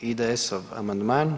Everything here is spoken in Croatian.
IDS-ov amandman.